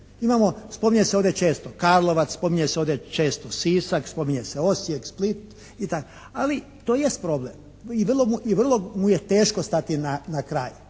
spominje se ovdje često Karlovac, spominje se ovdje često Sisak, spominje se Osijek, Split itd. Ali to jest problem. I vrlo mu je teško stati na kraj.